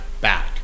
back